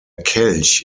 kelch